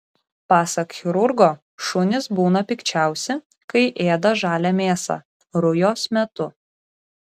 pasak chirurgo šunys būna pikčiausi kai ėda žalią mėsą rujos metu